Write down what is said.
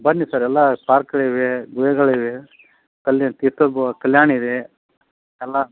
ಬನ್ನಿ ಸರ್ ಎಲ್ಲಾ ಪಾರ್ಕುಗಳಿವೆ ಗುಹೆಗಳಿವೆ ಕಲ್ಲಿನ ತೀರ್ಥೋದ್ಭವ ಕಲ್ಯಾಣಿ ಇದೆ ಎಲ್ಲ